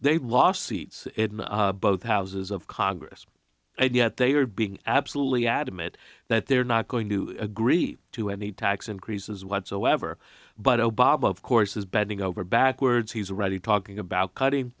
they lost seats both houses of congress and yet they are being absolutely adamant that they're not going to agree to any tax increases whatsoever but obama of course is bending over backwards he's already talking about cutting